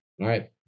right